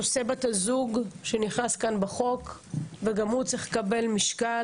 נושא בת הזוג שנכנס כאן בחוק וגם הוא צריך לקבל משקל.